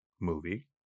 movie